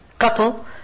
couple